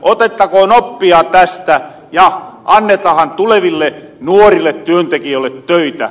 otettakoon oppia tästä ja annetahan tuleville nuorille työntekijöölle töitä